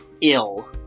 ill